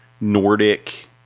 Nordic